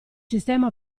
sistema